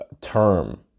term